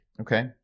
Okay